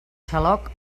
xaloc